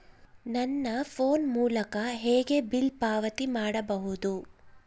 ನನ್ನ ಫೋನ್ ಮೂಲಕ ಹೇಗೆ ಬಿಲ್ ಪಾವತಿ ಮಾಡಬಹುದು?